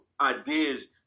ideas